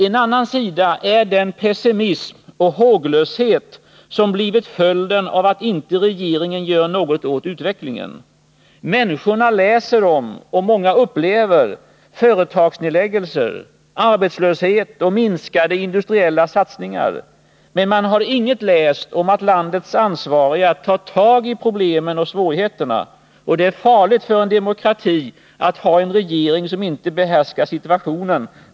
En annan sida är den pessimism och håglöshet som blivit följden av att inte regeringen gör något åt utvecklingen. Människorna läser om och många upplever företagsnedläggelser, arbetslöshet och minskade industriella satsningar. Men man har inget läst om att landets ansvariga tar tag i problemen och svårigheterna. Det är farligt för en demokrati att ha en regering som inte behärskar situationen.